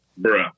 Bruh